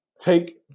take